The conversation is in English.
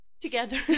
together